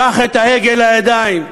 קח את ההגה לידיים,